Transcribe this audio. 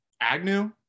Agnew